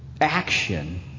action